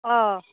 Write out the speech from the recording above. অঁ